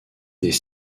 des